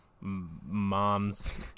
mom's